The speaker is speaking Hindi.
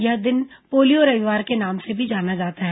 यह दिन पोलियो रविवार के नाम से भी जाना जाता है